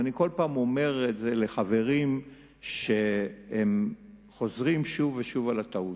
ואני בכל פעם אומר את זה לחברים שחוזרים שוב ושוב על הטעות: